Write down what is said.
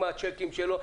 עם הצ'קים שלו,